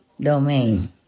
domain